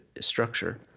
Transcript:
structure